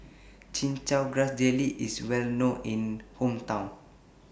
Chin Chow Grass Jelly IS Well known in My Hometown